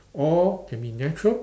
or can be natural